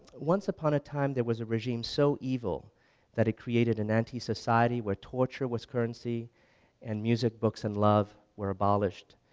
once upon a time there was a regime so evil that it created an antisociety where torture was currency and music, books, and love were abolished.